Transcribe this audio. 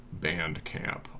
Bandcamp